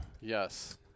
Yes